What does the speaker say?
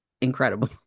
incredible